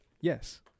Yes